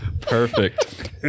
Perfect